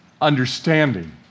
understanding